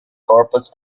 corpus